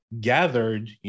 gathered